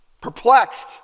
Perplexed